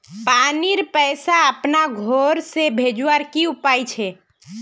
पानीर पैसा अपना घोर से भेजवार की उपाय छे?